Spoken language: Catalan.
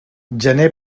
gener